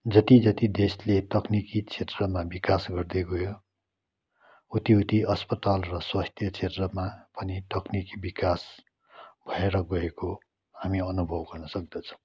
जति जति देशले तकनिकी क्षेत्रमा विकास गर्दै गयो उति उति अस्पताल र स्वास्थ्य क्षेत्रमा पनि तकनिकी विकास भएर गएको हामी अनुभव गर्न सक्दछौँ